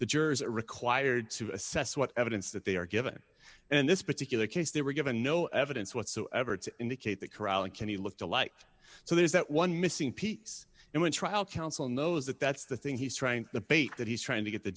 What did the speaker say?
the jurors are required to assess what evidence that they are given in this particular case they were given no evidence whatsoever to indicate that carolla kenny looked alike so there's that one missing piece and one trial counsel knows that that's the thing he's trying the bait that he's trying to get the